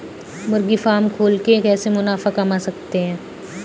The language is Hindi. मुर्गी फार्म खोल के कैसे मुनाफा कमा सकते हैं?